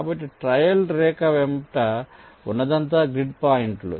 కాబట్టి ట్రయల్ రేఖ వెంట ఉన్నదంతా గ్రిడ్ పాయింట్లు